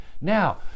Now